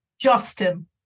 justin